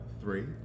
three